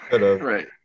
Right